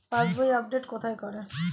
পাসবই update কোথায় করে?